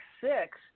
six